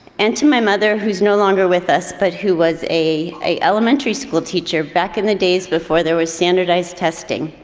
and to my mother who's no longer with us but who was a elementary school teacher back in the days before there was standardized testing.